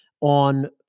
on